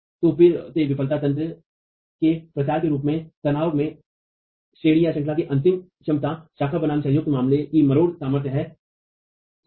तो फिर से विफलता तंत्र के प्रसार के रूप में तनाव में श्रेणीश्रंखला की अंतिम क्षमता शाखा बनाम संयुक्त मामलों की मरोड़ सामर्थ्य है सही है न